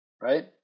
right